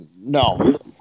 No